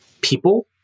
people